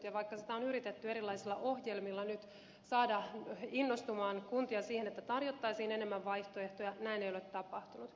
vaikka on yritetty erilaisilla ohjelmilla nyt saada kuntia innostumaan siihen että tarjottaisiin enemmän vaihtoehtoja näin ei ole tapahtunut